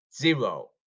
Zero